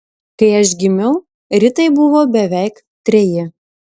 kai aš gimiau ritai buvo beveik treji